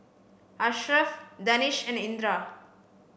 Ashraf Danish and Indra